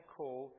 call